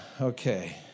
Okay